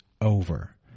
over